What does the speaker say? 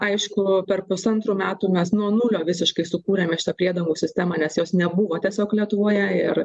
aišku per pusantrų metų mes nuo nulio visiškai sukūrėme šitą priedangų sistemą nes jos nebuvo tiesiog lietuvoje ir